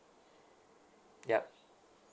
yup